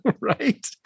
right